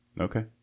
Okay